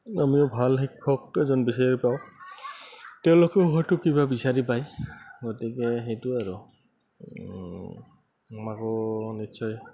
আমিও ভাল শিক্ষক এজন বিচাৰি পাওঁ তেওঁলোকেও হয়তো কিবা বিচাৰি পায় গতিকে সেইটোৱে আৰু আমাকো নিশ্চয়